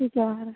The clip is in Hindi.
ठीक है आए रए